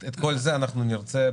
מה שביקשה חברת הכנסת ח'טיב,